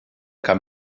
cap